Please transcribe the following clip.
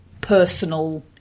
personal